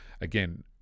again